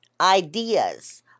ideas